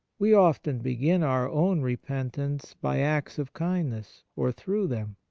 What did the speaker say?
we often begin our own repent ance by acts of kindness, or through them.